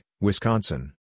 Wisconsin